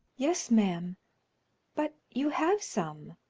yes, ma'am but you have some.